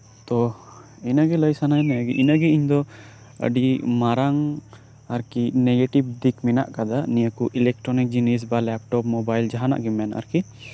ᱛᱚ ᱤᱱᱟᱹᱜᱤ ᱞᱟᱭ ᱥᱟᱱᱟᱭᱤᱧᱟᱹ ᱤᱱᱟᱹᱜᱤ ᱤᱧᱫᱚ ᱟᱹᱰᱤ ᱢᱟᱨᱟᱝ ᱟᱨᱠᱤ ᱱᱮᱜᱮᱴᱤᱯᱷ ᱫᱤᱠ ᱢᱮᱱᱟᱜ ᱟᱠᱟᱫᱟ ᱱᱤᱭᱟᱹᱠᱩ ᱤᱞᱮᱠᱴᱨᱚᱱᱤᱠ ᱡᱤᱱᱤᱥ ᱵᱟ ᱞᱮᱯᱴᱚᱯ ᱢᱚᱵᱟᱭᱤᱞ ᱡᱟᱦᱟᱱᱟᱜ ᱜᱤᱢ ᱢᱮᱱ ᱟᱨᱠᱤ